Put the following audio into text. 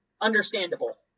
understandable